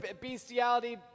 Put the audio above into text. Bestiality